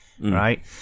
right